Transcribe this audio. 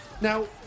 now